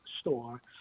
store